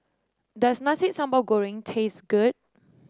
does Nasi Sambal Goreng taste good